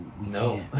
No